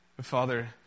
Father